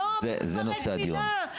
לא בכפרי גמילה.